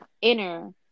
inner